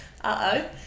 Uh-oh